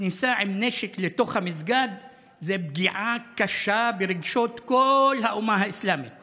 הכניסה עם נשק לתוך המסגד היא פגיעה קשה ברגשות כל האומה האסלאמית.